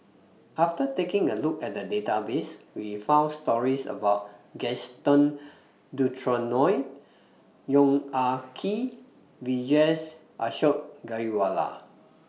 after taking A Look At The Database We found stories about Gaston Dutronquoy Yong Ah Kee and Vijesh Ashok Ghariwala